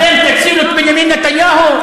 טיבי, אתם תצילו את בנימין נתניהו?